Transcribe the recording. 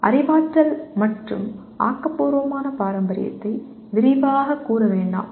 அறிவாற்றல் மற்றும் ஆக்கபூர்வமான பாரம்பரியத்தை விரிவாகக் கூற வேண்டாம்